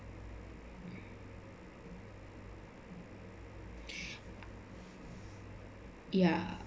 ya